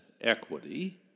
equity